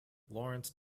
lawrence